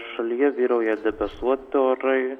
šalyje vyrauja debesuoti orai